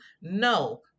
No